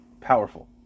powerful